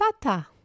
tata